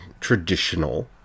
traditional